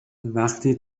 وقتی